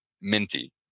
minty